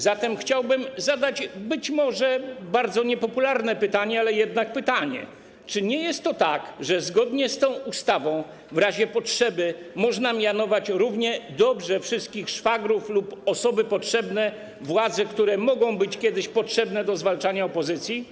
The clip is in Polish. Zatem chciałbym zadać być może bardzo niepopularne pytanie, ale jednak pytanie: Czy nie jest tak, że zgodnie z tą ustawą w razie potrzeby można mianować równie dobrze wszystkich szwagrów lub osoby potrzebne władzy, które mogą być kiedyś potrzebne do zwalczania opozycji?